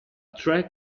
track